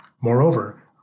Moreover